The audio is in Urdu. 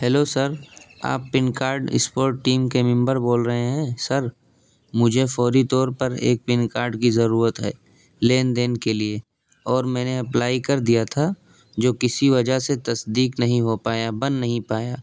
ہیلو سر آپ پین کارڈ ایکسپرٹ ٹیم کے ممبر بول رہے ہیں سر مجھے فوری طور پر ایک پین کارڈ کی ضرورت ہے لین دین کے لیے اور میں نے اپلائی کر دیا تھا جو کسی وجہ سے تصدیق نہیں ہو پایا بن نہیں پایا